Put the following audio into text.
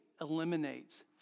eliminates